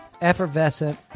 Effervescent